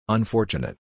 Unfortunate